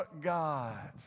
God